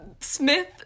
Smith